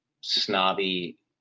snobby